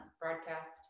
broadcast